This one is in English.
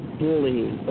bullying